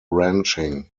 ranching